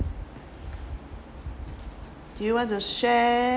do you want to share